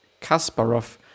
Kasparov